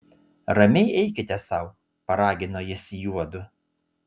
ramiai eikite sau paragino jis juodu